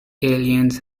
aliens